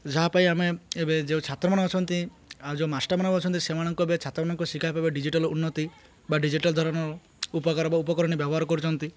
ଯାହା ପାଇଁ ଆମେ ଏବେ ଯେଉଁ ଛାତ୍ର ମାନେ ଅଛନ୍ତି ଆଉ ଯେଉଁ ମାଷ୍ଟର ମାନେ ଅଛନ୍ତି ସେମାନଙ୍କୁ ଏବେ ଛାତ୍ରମାନଙ୍କୁ ଡିଜିଟାଲ୍ ଉନ୍ନତି ବା ଡିଜିଟାଲ୍ ଧରଣ ଉପକାର ବା ଉପକରଣୀ ବ୍ୟବହାର କରୁଛନ୍ତି